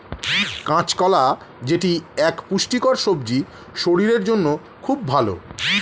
কাঁচা কলা যেটি এক পুষ্টিকর সবজি শরীরের জন্য খুব ভালো